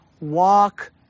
walk